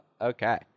Okay